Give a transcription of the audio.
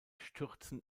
stürzen